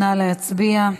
נא להצביע.